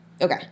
Okay